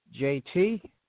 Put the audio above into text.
JT